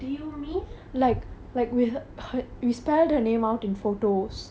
like you stick photos in the alphabet shape